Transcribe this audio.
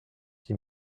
qui